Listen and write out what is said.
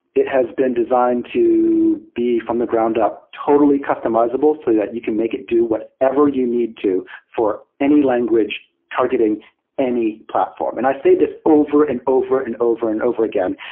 it has been designed to be from the ground up totally customizable so that you can make it do whatever you need to for any language targeting any platform. and i say this over and over and over and over again,